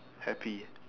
happy